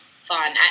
fun